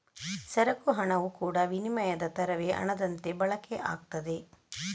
ಸರಕು ಹಣವು ಕೂಡಾ ವಿನಿಮಯದ ತರವೇ ಹಣದಂತೆ ಬಳಕೆ ಆಗ್ತದೆ